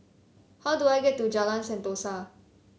how do I get to Jalan Sentosa